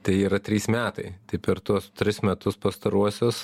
tai yra trys metai tai per tuos tris metus pastaruosius